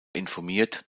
informiert